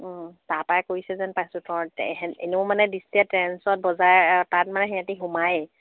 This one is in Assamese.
তাৰ পাই কৰিছে যেন পাইছোঁ তাত মানে সিহঁতি সোমায়েই